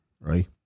right